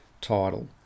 title